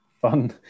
fun